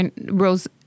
rose